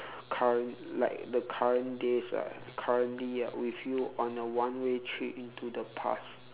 current like the current days ah currently with you on a one way trip into the past